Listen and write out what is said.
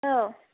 औ